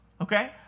Okay